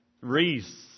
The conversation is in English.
Reese